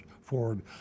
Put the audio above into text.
Ford